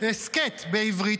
הסכת בעברית,